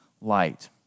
light